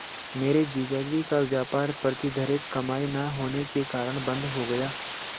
मेरे जीजा जी का व्यापार प्रतिधरित कमाई ना होने के कारण बंद हो गया